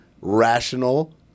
rational